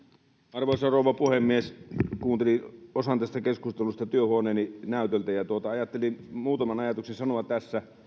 arvoisa rouva puhemies kuuntelin osan tästä keskustelusta työhuoneeni näytöltä ja ajattelin tässä muutaman ajatuksen sanoa